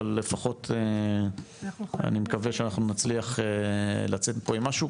אבל לפחות אני מקווה שאנחנו נצליח לצאת פה עם משהו.